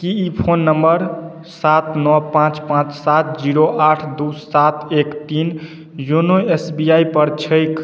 कि ई phone number सात नओ पाँच पाँच सात जीरो आठ दू सात एक तीन योनो एस बी आइ पर छैक